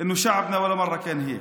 שהעם שלנו לא היה כך.